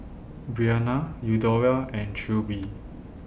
Bryanna Eudora and Trilby